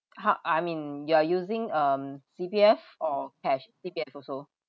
!huh! I mean you are using um C_P_F or cash C_P_F also